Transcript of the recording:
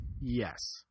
Yes